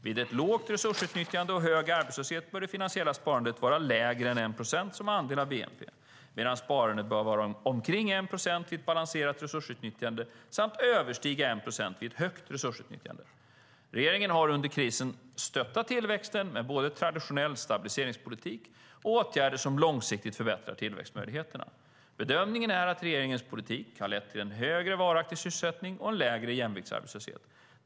Vid ett lågt resursutnyttjande och hög arbetslöshet bör det finansiella sparandet vara lägre än 1 procent som andel av bnp medan det bör vara omkring 1 procent vid ett balanserat resursutnyttjande samt överstiga 1 procent vid ett högt resursutnyttjande. Regeringen har under krisen stöttat tillväxten med både traditionell stabiliseringspolitik och åtgärder som långsiktigt förbättrar tillväxtmöjligheterna. Bedömningen är att regeringens politik har lett till en högre varaktig sysselsättning och en lägre jämviktsarbetslöshet.